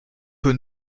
peu